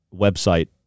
website